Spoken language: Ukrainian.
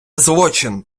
злочин